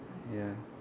ya